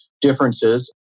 differences